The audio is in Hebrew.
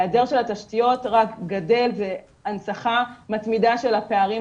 העדר של התשתיות רק גדל והנצחה מתמידה של הפערים,